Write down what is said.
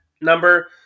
number